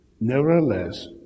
nevertheless